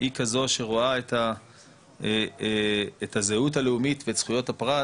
היא כזו שרואה את הזהות הלאומית ואת זכויות הפרט,